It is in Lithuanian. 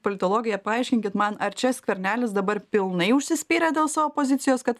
politologai paaiškinkit man ar čia skvernelis dabar pilnai užsispyrė dėl savo pozicijos kad